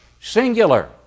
Singular